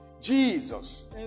Jesus